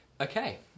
Okay